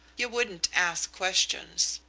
you wouldn't ask questions.